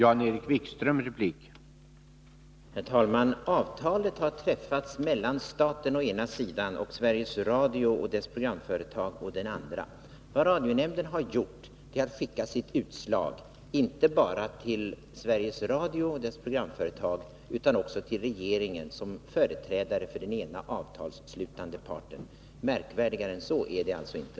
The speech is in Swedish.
Herr talman! Avtalet har träffats mellan staten å ena sidan och Sveriges Radio och dess programföretag å den andra. Vad radionämnden har gjort är att skicka sitt utslag inte bara till Sveriges Radio och dess programföretag utan också till regeringen som företrädare för den andra avtalsslutande parten. Märkvärdigare än så är det alltså inte.